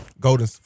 Golden